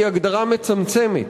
היא הגדרה מצמצמת.